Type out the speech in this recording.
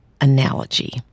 analogy